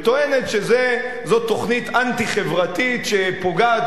וטוענת שזאת תוכנית אנטי-חברתית שפוגעת